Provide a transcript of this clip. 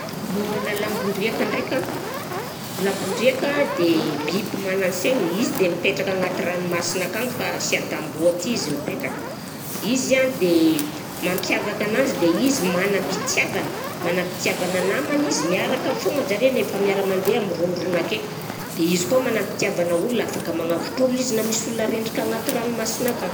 Momba ana lambondriaka ndraika, lambondriaka de biby manan-saigny izy dia mipetraka agnaty ranomasina akagny fa sy an-tamboho aty izy mipetraka, izy a de mampiavaka ananjy de izy manam-pitiavana, manam-pitiavana namana izy, miaraka aby foagna zare nefa miara-mandeha mirohondroana akeny, dia izy koa manam-pitiavana olona, afaka magnavotra olona izy na misy olona rendrika agnaty ranomasina akagny.